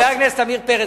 עמיר פרץ,